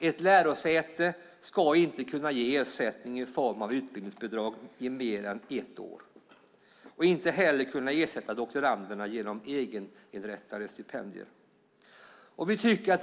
Ett lärosäte ska inte kunna ge ersättning i form av utbildningsbidrag i mer än ett år och inte heller kunna ersätta doktorander genom egeninrättade stipendier.